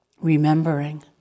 remembering